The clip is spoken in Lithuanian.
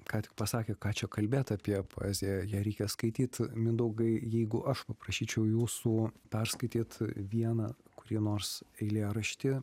ką tik pasakė ką čia kalbėt apie poeziją ją reikia skaityt mindaugai jeigu aš paprašyčiau jūsų perskaityt vieną kurį nors eilėraštį